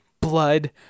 blood